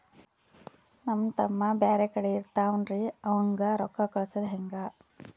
ನಮ್ ತಮ್ಮ ಬ್ಯಾರೆ ಕಡೆ ಇರತಾವೇನ್ರಿ ಅವಂಗ ರೋಕ್ಕ ಕಳಸದ ಹೆಂಗ?